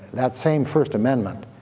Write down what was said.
that same first amendment,